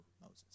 Moses